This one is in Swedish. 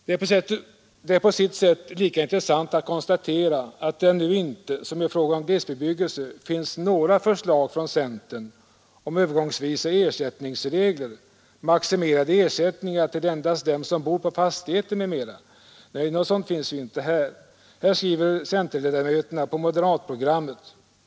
Det är på sitt sätt lika intressant att konstatera att det nu inte — som i fråga om glesbebyggelsen — finns några förslag från centern om övergångsvisa ersättningsregler, maximerade ersättningar till endast dem som bor på fastigheten m.m. Nej, något sådant finns inte. Här skriver centerledamöterna på moderatprogrammet.